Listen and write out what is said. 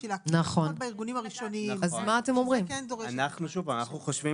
אני חושבת